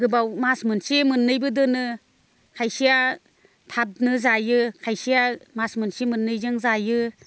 गोबाव मास मोनसे मोननैबो दोनो खायसेया थाबनो जायो खायसेया मास मोनसे मोननैजों जायो